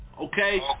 okay